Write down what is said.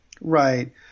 Right